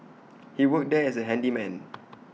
he worked there as A handyman